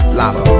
lava